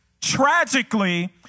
tragically